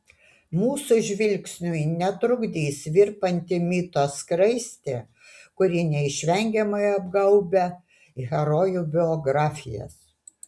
mūsų žvilgsniui netrukdys virpanti mito skraistė kuri neišvengiamai apgaubia herojų biografijas